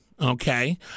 okay